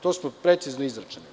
To smo precizno izračunali.